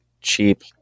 cheap